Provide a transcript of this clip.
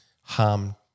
harm